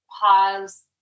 pause